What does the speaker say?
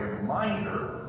reminder